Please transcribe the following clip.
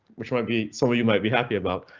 which might be something you might be happy about.